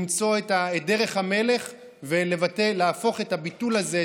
למצוא את דרך המלך ולהפוך את הביטול הזה,